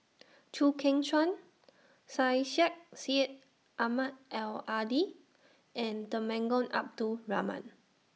Chew Kheng Chuan Syed Sheikh Syed Ahmad Al Hadi and Temenggong Abdul Rahman